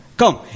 come